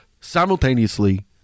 simultaneously